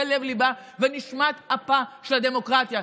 זה לב-ליבה ונשמת אפה של הדמוקרטיה,